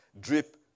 drip